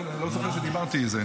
לא זוכר שדיברתי את זה,